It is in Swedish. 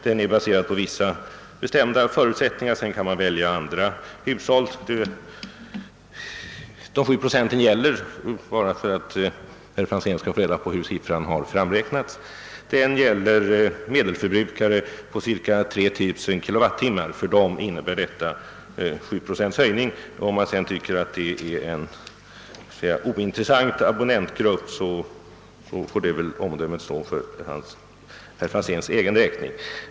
Den är baserad på vissa bestämda förutsättningar, men man kan i och för sig ta fasta på andra typer av hushåll. För att herr Franzén skall få reda på hur siffran framräknats, vill jag emellertid nämna, att den gäller medelförbrukare med en konsumtion av cirka 3 000 kWh. För dem innebär tariffjusteringen en prishöjning med cirka 7 procent. Om herr Franzén tycker att detta är en ointressant abonnentgrupp, får det omdömet stå för hans egen räkning.